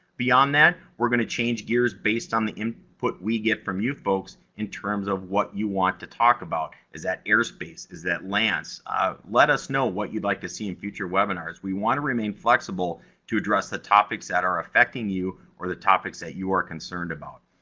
beyond that, we're gonna change gears based on the input we get from you folks in terms of what you want to talk about is that airspace? is that laanc? let us know what you'd like to see in future webinars. we want to remain flexible to address the topics that are affecting you, or the topics that you are concerned about.